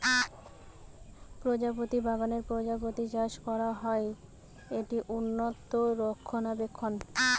প্রজাপতি বাগানে প্রজাপতি চাষ করা হয়, এটি উন্নত রক্ষণাবেক্ষণ